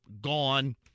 gone